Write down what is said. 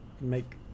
make